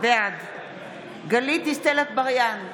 בעד גלית דיסטל אטבריאן,